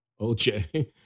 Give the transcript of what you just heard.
OJ